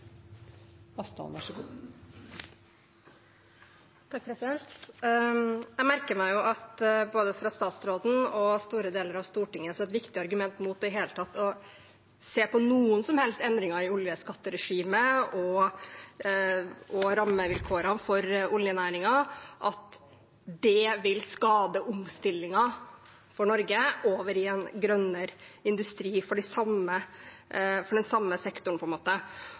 et viktig argument mot i det hele tatt å se på noen som helst endringer i oljeskatteregimet og rammevilkårene for oljenæringen at det vil skade omstillingen for Norge over i en grønnere industri for den samme sektoren. Det synes jeg er litt oppsiktsvekkende, også fordi det skulle jo betydd at regjeringen hadde fullt trøkk på